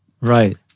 Right